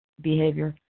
behavior